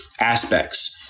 aspects